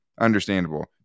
Understandable